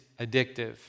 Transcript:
addictive